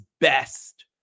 best